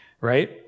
right